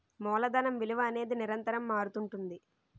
మూలధనం విలువ అనేది నిరంతరం మారుతుంటుంది